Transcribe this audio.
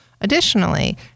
Additionally